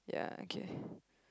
yeah okay